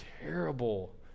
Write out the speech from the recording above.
terrible